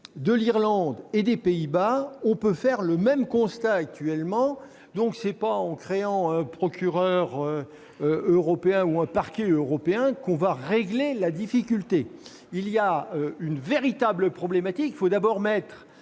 avec l'Irlande et les Pays-Bas, on peut faire le même constat. Ce n'est pas en créant un procureur européen ou un Parquet européen que l'on va régler cette difficulté. Il y a là une véritable problématique ! Il faut d'abord,